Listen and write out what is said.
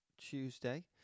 tuesday